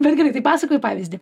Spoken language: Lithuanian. bet gerai tai pasakoju pavyzdį